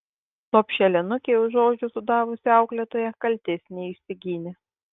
lopšelinukei už ožius sudavusi auklėtoja kaltės neišsigynė